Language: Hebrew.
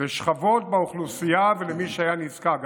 לשכבות באוכלוסייה ולמי שנזקק לכך.